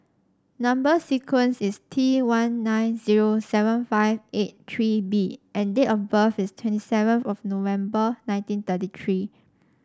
number sequence is T one nine zero seven five eight three B and date of birth is twenty seven of November nineteen thirty three